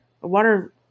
water